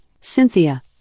cynthia